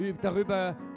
darüber